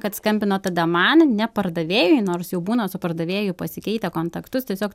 kad skambina tada man ne pardavėjui nors jau būna su pardavėju pasikeitę kontaktus tiesiog